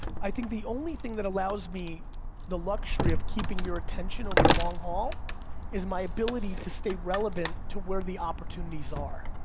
i think the only thing that allows me the luxury of keeping your attention over the long haul is my ability to stay relevant to where the opportunities are.